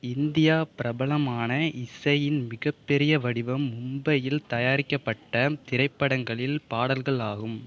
India பிரபலமான இசையின் மிகப்பெரிய வடிவம் மும்பையில் தயாரிக்கப்பட்ட திரைப்படங்களில் பாடல்கள் ஆகும்